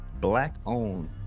Black-owned